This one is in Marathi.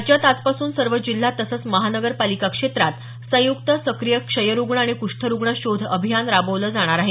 राज्यात आजपासून सर्व जिल्हा तसंच महानगरपालिका क्षेत्रात संयुक्त सक्रिय क्षयरुग्ण आणि कुष्ठरुग्ण शोध अभियान राबवलं जाणार आहे